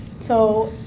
so,